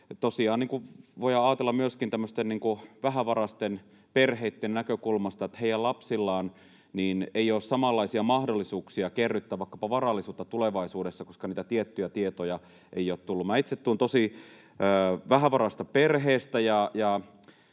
voidaan ajatella myöskin tämmöisten vähävaraisten perheitten näkökulmasta, että heidän lapsillaan ei ole samanlaisia mahdollisuuksia kerryttää vaikkapa varallisuutta tulevaisuudessa, koska niitä tiettyjä tietoja ei ole tullut. Minä itse tulen tosi vähävaraisesta perheestä,